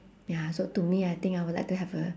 ya so to me I think I would like to have a